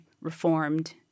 reformed